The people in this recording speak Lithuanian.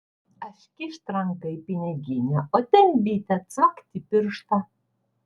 aš kyšt ranką į piniginę o ten bitė cvakt į pirštą